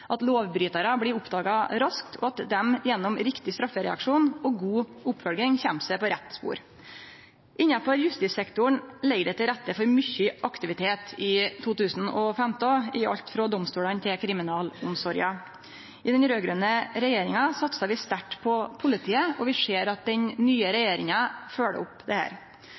at lovbrytarar blir oppdaga raskt, og at dei gjennom riktig straffereaksjon og god oppfølging kjem seg på rett spor. Innanfor justissektoren ligg det til rette for mykje aktivitet i 2015, i alt frå domstolane til kriminalomsorga. I den raud-grøne regjeringa satsa vi sterkt på politiet, og vi ser at den nye regjeringa følgjer opp dette. Det